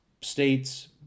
States